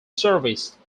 service